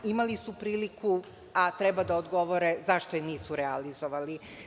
Imali su priliku, a treba da odgovore zašto je nisu realizovali.